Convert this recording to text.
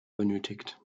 benötigt